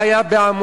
מה היה בעמונה?